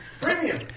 Premium